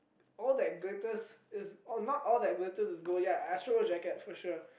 all that glitters is oh not all that glitters is gold ya Astroworld jacket for sure